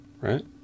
Right